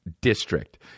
district